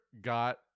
got